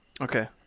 okay